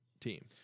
team